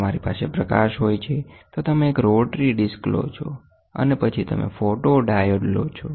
તમારી પાસે પ્રકાશ હોય છે તો તમે એક રોટરી ડિસ્ક લો છો અને પછી તમે ફોટોડાયોડ લો છો